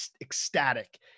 ecstatic